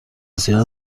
بسیاری